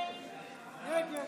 אי-אמון